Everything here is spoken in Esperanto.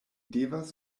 devas